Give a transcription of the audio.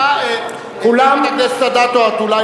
אם אתה רוצה לדייק, תגיד